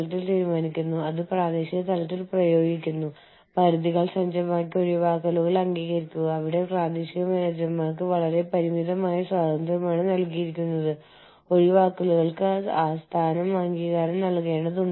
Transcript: നിങ്ങൾ ആരംഭിക്കുന്ന ആഗോളതലത്തിലെ സംയോജിത സംരംഭങ്ങൾ വിവിധ രാജ്യങ്ങളിൽ വ്യത്യസ്ത പ്രവർത്തനങ്ങൾ നടത്തുകയും അവയെ പരസ്പരം ബന്ധിപ്പിക്കുകയും ചെയ്യുന്നു